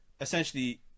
essentially